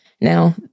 Now